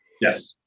yes